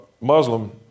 Muslim